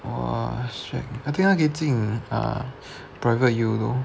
!wah! shag I think 他可以进 private U though